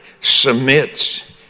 submits